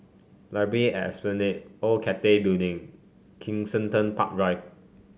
Library at Esplanade Old Cathay Building Kensington Park Drive